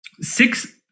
Six